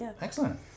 Excellent